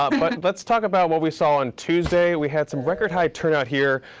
um but let's talk about what we saw on tuesday. we had some record high turnout here,